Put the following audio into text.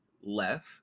left